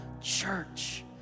church